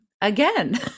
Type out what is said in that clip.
again